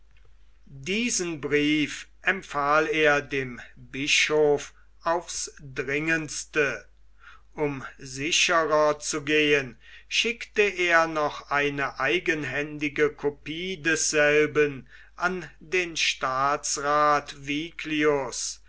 diesen brief empfahl er dem bischof aufs dringendste um sicherer zu gehen schickte er noch eine eigenhändige copie desselben an den staatsrath